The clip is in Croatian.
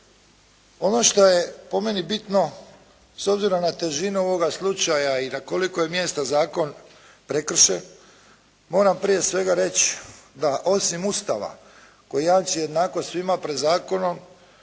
Ono što je po meni bitno s obzirom na težinu ovoga slučaja i na koliko je mjesta zakon prekršen moram prije svega reći da osim Ustava koji jamči jednakost svima pred zakonom